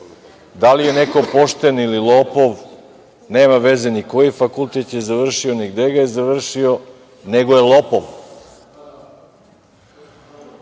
Da li je neko pošten ili lopov, nema veze ni koji fakultet je završio, ni gde ga je završio, nego je lopov. To